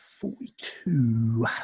Forty-two